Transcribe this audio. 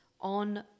on